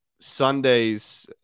Sunday's